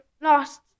lost